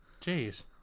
Jeez